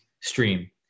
stream